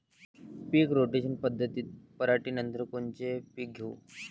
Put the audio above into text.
पीक rotation पद्धतीत पराटीनंतर कोनचे पीक घेऊ?